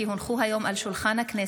כי הונחו היום על שולחן הכנסת,